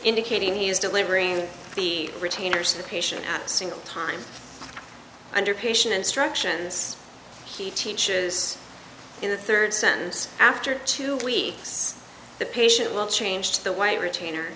indicating he is delivering the retainers cation at single time under patient instructions he teaches in the third sense after two weeks the patient will change the white retainer